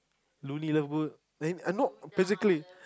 Luna-Lovegood eh no basically